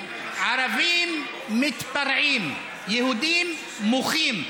ערבים מתפרעים, יהודים מוחים.